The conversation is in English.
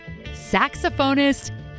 saxophonist